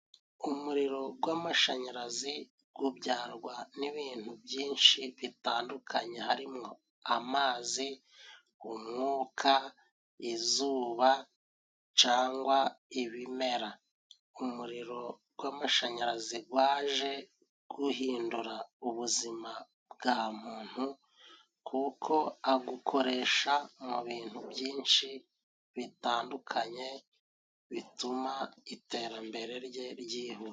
Umuriro gw'amashanyarazi gubyarwa n'ibintu byinshi bitandukanye harimo; amazi, umwuka, izuba cangwa ibimera. Umuriro gw'amashanyarazi gwaje guhindura ubuzima bwa muntu, kuko agukoresha mu bintu byinshi bitandukanye, bituma iterambere rye ryihuta.